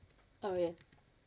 oh yes